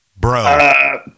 bro